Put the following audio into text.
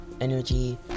energy